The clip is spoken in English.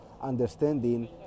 understanding